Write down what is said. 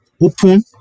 open